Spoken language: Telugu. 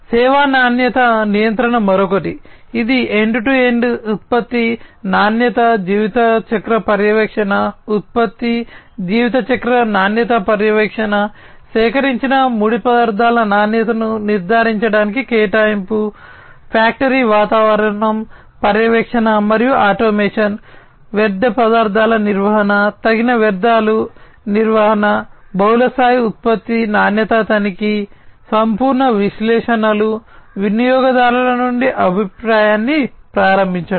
సేవా నాణ్యత నియంత్రణ మరొకటి ఇది ఎండ్ టు ఎండ్ ఉత్పత్తి నాణ్యత జీవిత చక్ర పర్యవేక్షణ ఉత్పత్తి జీవిత చక్ర నాణ్యత పర్యవేక్షణ సేకరించిన ముడి పదార్థాల నాణ్యతను నిర్ధారించడానికి కేటాయింపు ఫ్యాక్టరీ వాతావరణం పర్యవేక్షణ మరియు ఆటోమేషన్ వ్యర్థ పదార్థాల నిర్వహణ తగ్గిన వ్యర్థాలు నిర్వహణ బహుళ స్థాయి ఉత్పత్తి నాణ్యత తనిఖీ సంపూర్ణ విశ్లేషణలు వినియోగదారుల నుండి అభిప్రాయాన్ని ప్రారంభించడం